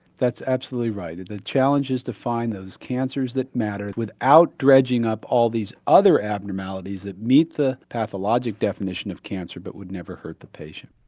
that's absolutely right. the challenge is to find the cancers that matter without dredging up all these other abnormalities that meet the pathologic definition of cancer but would never hurt the patient.